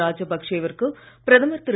ராஜபக்சே விற்கு பிரதமர் திரு